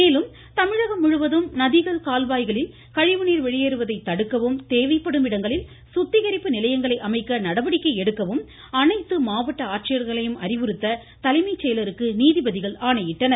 மேலும் தமிழகம் முழுவதும் நதிகள் கால்வாய்களில் கழிவுநீர் வெளியேறுவதை தடுக்கவும் தேவைப்படும் இடங்களில் சுத்திகரிப்பு நிலையங்களை அமைக்க நடவடிக்கை எடுக்கவும் அனைத்து மாவட்ட அறிவுறுத்த தலைமைச் செயலருக்கு நீதிபதிகள் ஆணையிட்டனர்